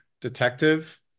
detective